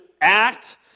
act